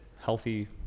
healthy